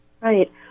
Right